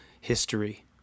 history